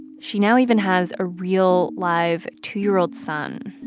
she now even has a real, live two year old son,